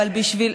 אבל בשביל,